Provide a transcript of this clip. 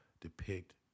depict